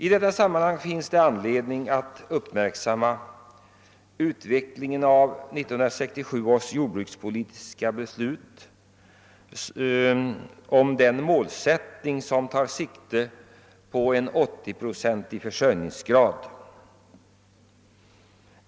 I detta sammanhang finns det anledning att uppmärksamma utvecklingen efter 1967 års jordbrukspolitiska beslut om den målsättning som tar sikte på en 80-procentig försörjningsgrad.